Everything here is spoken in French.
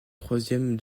troisième